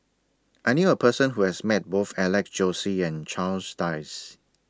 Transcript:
I knew A Person Who has Met Both Alex Josey and Charles Dyce